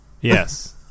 Yes